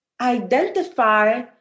identify